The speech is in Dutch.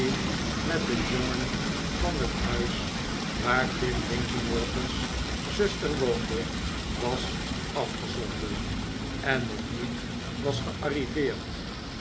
met een jongen van het huis waar tim linkinwater's zuster woonde was afgezonden en nog niet was gearriveerd